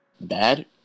bad